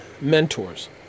mentors